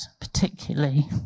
particularly